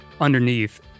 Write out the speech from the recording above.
underneath